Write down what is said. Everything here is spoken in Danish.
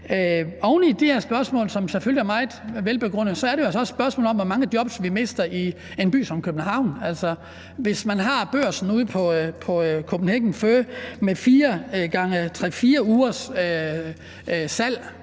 Oven i de her spørgsmål, som selvfølgelig er meget velbegrundede, så er det jo altså også et spørgsmål om, hvor mange jobs vil mister i en by som København. Hvis man f.eks. kigger på børsen ude på Kopenhagen Fur med fire gange tre-fire ugers salg,